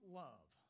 love